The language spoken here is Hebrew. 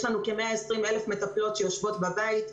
יש לנו כ-120 אלף מטפלות שיושבות בבית,